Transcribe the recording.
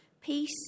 peace